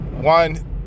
one